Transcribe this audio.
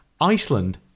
Iceland